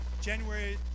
January